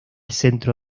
centro